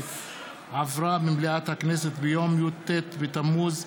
שעברה במליאת הכנסת ביום י"ט בתמוז התשע"ח,